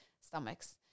stomachs